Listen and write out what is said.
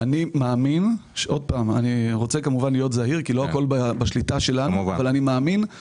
אני מאמין אני רוצה כמובן להיות זהיר כי לא הכול בשליטה שלנו שלחברת